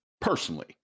personally